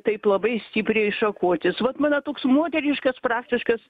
taip labai stipriai šakotis vat mano toks moteriškas praktiškas